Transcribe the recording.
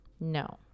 No